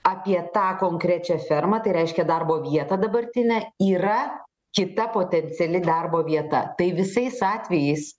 apie tą konkrečią fermą tai reiškia darbo vietą dabartinę yra kita potenciali darbo vieta tai visais atvejais